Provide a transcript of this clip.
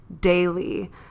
daily